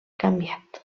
canviat